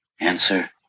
Answer